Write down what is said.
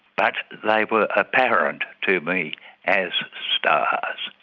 but they were apparent to me as stars.